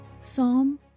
Psalm